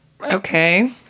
Okay